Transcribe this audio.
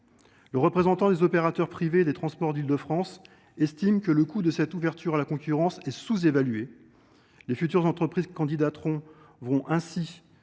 Le représentant des opérateurs privés des transports d’Île de France estime que le coût de cette ouverture à la concurrence est sous évalué. Les futures entreprises qui candidateront vont ainsi